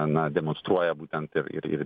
na demonstruoja būtent ir ir ir